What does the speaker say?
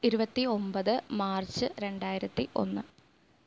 ഇരുവത്തി ഒൻപത് മാര്ച്ച് രണ്ടായിരത്തി ഒന്ന്